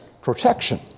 protection